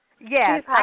Yes